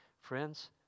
friends